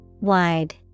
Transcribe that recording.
Wide